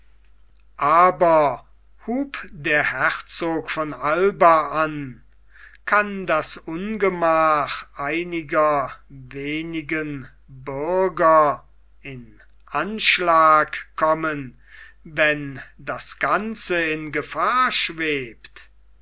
aber hub der herzog von alba an kann das ungemach einiger wenigen bürger in anschlag kommen wenn das ganze in gefahr schwebt